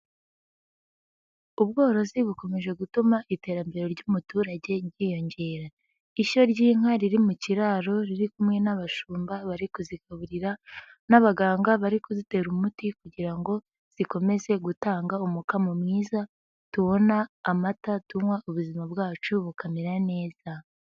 Ubworozi bukomeje gutuma iterambere ry'umuturage ryiyongera. Ishyo ry'inka riri mu kiraro riri kumwe n'abashumba bari kuzigaburira n'abaganga bari kuzitera umuti kugira ngo zikomeze gutanga umukamo mwiza tubona amata tunywa ubuzima bwacu bukamera neza.